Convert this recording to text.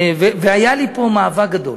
והיה לי פה מאבק גדול.